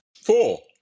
Four